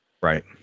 Right